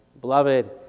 Beloved